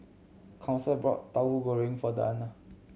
Council bought Tauhu Goreng for Danna